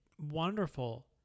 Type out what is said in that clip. wonderful